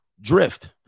drift